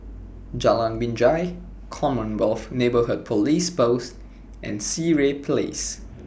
Jalan Binjai Commonwealth Neighbourhood Police Post and Sireh Place